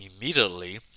immediately